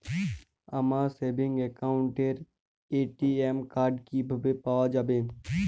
আমার সেভিংস অ্যাকাউন্টের ATM card কিভাবে পাওয়া যাবে?